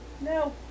No